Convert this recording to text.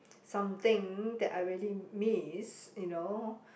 something that I really miss you know